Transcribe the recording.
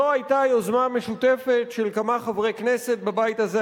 זו היתה יוזמה משותפת של כמה חברי כנסת בבית הזה.